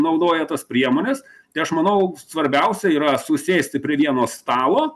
naudoja tas priemonės tai aš manau svarbiausia yra susėsti prie vieno stalo